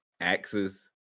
axes